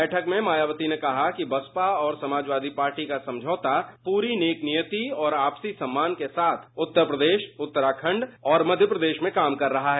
बैठक में मायावती ने कहा कि बसपा और समाजवादी पार्टी का समझौता पूरी नेकनीयती और आएसी सम्मान के साथ उत्तर प्रदेश उत्तराखंड और मध्य प्रदेश में काम कर रहा है